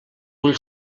vull